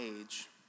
age